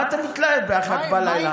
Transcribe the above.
מה אתה מתלהב בשעה 01:00?